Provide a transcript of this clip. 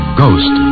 ghost